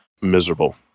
miserable